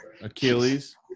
Achilles